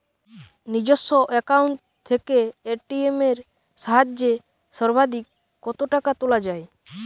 নিজস্ব অ্যাকাউন্ট থেকে এ.টি.এম এর সাহায্যে সর্বাধিক কতো টাকা তোলা যায়?